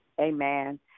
amen